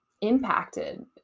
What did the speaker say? impacted